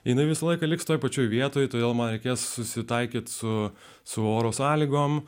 jinai visą laiką liks toje pačioje vietoj todėl man reikės susitaikyti su su oro sąlygom